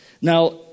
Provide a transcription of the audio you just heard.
Now